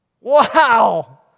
Wow